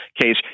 case